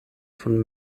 von